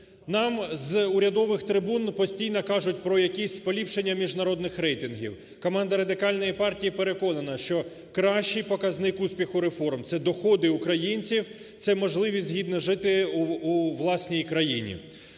нам з урядових трибун постійно кажуть про якісь поліпшення міжнародних рейтингів. Команда Радикальної партії переконана, що кращий показник успіху реформ – це доходи українців, це можливість гідно жити у власній країні.